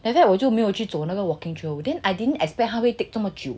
and then 我就没有去走那个 walking through then I didn't expect 他会 take 这么久